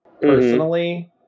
personally